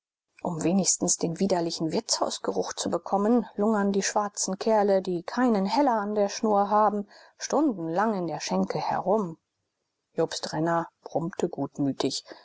um wenigstens den widerlichen wirtshausgeruch zu bekommen lungern die schwarzen kerle die keinen heller an der schnur haben stundenlang in der schenke herum jobst renner brummte gutmütig